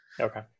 Okay